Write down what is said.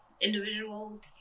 individual